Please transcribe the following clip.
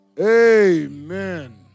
Amen